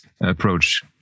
approach